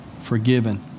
forgiven